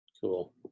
Cool